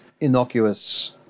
innocuous